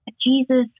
Jesus